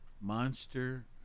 Monster